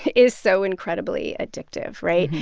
is so incredibly addictive, right?